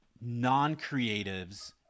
non-creatives